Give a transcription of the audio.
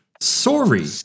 sorry